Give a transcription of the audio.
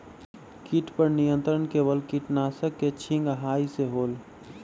किट पर नियंत्रण केवल किटनाशक के छिंगहाई से होल?